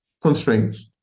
constraints